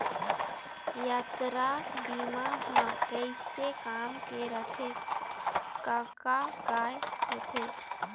यातरा बीमा ह कइसे काम के रथे कका काय होथे?